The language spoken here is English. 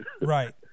Right